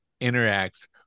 interacts